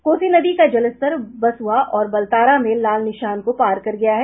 कोसी नदी का जलस्तर बसुआ और बलतारा में लाल निशान को पार कर गया है